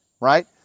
right